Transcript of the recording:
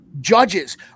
judges